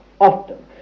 often